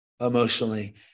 emotionally